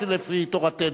יוסף הוא לא רק לפי תורתנו.